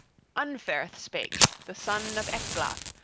unferth spake, the son of ecglaf,